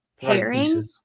pairing